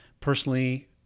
personally